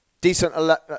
Decent